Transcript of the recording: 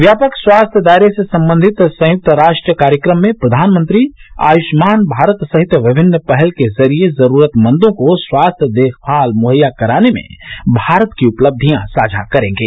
व्यापक स्वास्थ्य दायरे से संबंधित संयुक्त राष्ट्र कार्यक्रम में प्रधानमंत्री आयुष्मान भारत सहित विभिन्न पहल के जरिए जरुरतमंदों को स्वास्थ्य देखभाल मुहैया कराने में भारत की उपलबियां साझा करेंगे